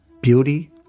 beauty